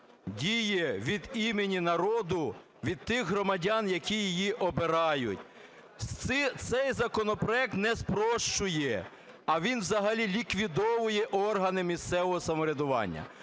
діє від імені народу, від тих громадян, які її обирають. Цей законопроект не спрощує, а він взагалі ліквідовує органи місцевого самоврядування.